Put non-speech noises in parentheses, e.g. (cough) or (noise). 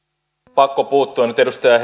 pakko puuttua nyt edustaja (unintelligible)